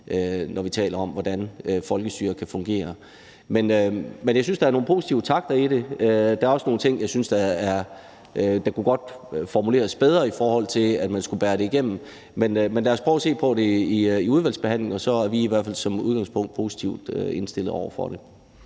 når vi taler om, hvordan folkestyret kan fungere Men jeg synes, der er nogle positive takter i det. Der er også nogle ting, jeg synes godt kunne formuleres bedre, i forhold til at det skal kunne bæres igennem, men lad os prøve at se på det i udvalgsbehandlingen. Vi er i hvert fald som udgangspunkt positivt indstillet over for det.